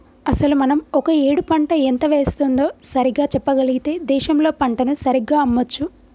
అసలు మనం ఒక ఏడు పంట ఎంత వేస్తుందో సరిగ్గా చెప్పగలిగితే దేశంలో పంటను సరిగ్గా అమ్మొచ్చు